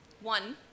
One